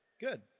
Good